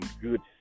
good